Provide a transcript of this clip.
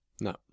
No